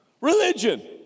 Religion